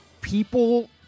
People